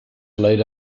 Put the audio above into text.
laid